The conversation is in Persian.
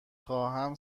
خواهم